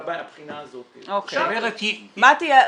מה שיקרה,